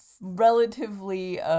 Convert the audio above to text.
relatively